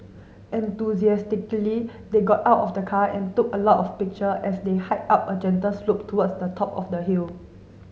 enthusiastically they got out of the car and took a lot of picture as they hiked up a gentle slope towards the top of the hill